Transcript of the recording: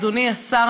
אדוני השר,